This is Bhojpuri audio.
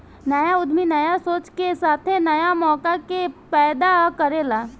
न्या उद्यमी न्या सोच के साथे न्या मौका के पैदा करेला